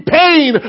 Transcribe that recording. pain